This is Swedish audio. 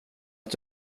att